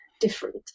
different